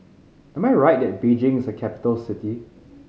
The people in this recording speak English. am I right that Beijing is a capital city